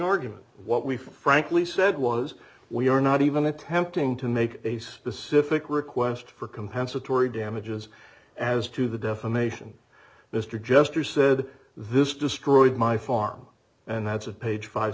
argument what we frankly said was we are not even attempting to make a specific request for compensatory damages as to the defamation mr jester said this destroyed my farm and that's of page five